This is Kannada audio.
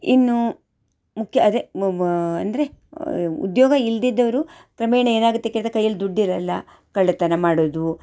ಇನ್ನೂ ಮುಖ್ಯ ಅದೆ ಮ್ ಮ್ ಅಂದರೆ ಉದ್ಯೋಗ ಇಲ್ದಿದ್ದವರು ಕ್ರಮೇಣ ಏನಾಗುತ್ತೆ ಕೆಲವ್ರ ಕೈಯ್ಯಲ್ಲಿ ದುಡ್ಡಿರಲ್ಲ ಕಳ್ಳತನ ಮಾಡೋದು